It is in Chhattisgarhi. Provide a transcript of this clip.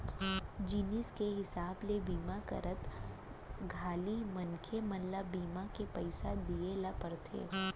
जिनिस के हिसाब ले बीमा करत घानी मनसे मन ल बीमा के पइसा दिये ल परथे